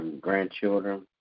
grandchildren